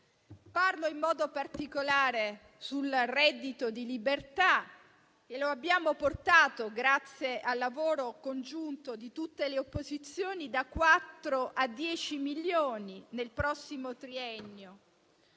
Parlo in modo particolare anche del reddito di libertà, che abbiamo portato, grazie al lavoro congiunto di tutte le opposizioni, da 4 a 10 milioni nel prossimo triennio.